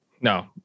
No